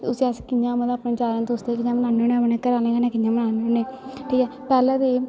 ते उस्सी अस कियां मतलब अपने यारें दोस्तें कन्नै कियां मनाने होन्ने अपने घरै आह्लें कन्नै कियां मनाने होन्ने ठीक ऐ पैह्ले ते एह्